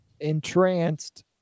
entranced